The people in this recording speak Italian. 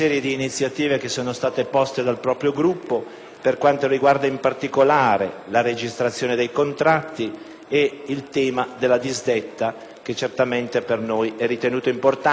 per quanto riguarda in particolare la registrazione dei contratti e il tema della disdetta, che certamente per noi è importante. Sul tema della casa